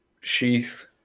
sheath